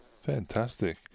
fantastic